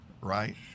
Right